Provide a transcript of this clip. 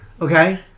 Okay